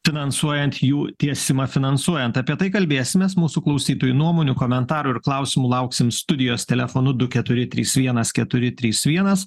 finansuojant jų tiesimą finansuojant apie tai kalbėsimės mūsų klausytojų nuomonių komentarų ir klausimų lauksim studijos telefonu du keturi trys vienas keturi trys vienas